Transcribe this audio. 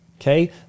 Okay